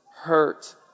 hurt